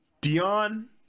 Dion